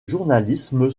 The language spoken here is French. journalisme